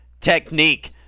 technique